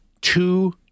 Two